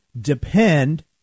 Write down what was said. depend